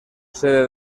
sede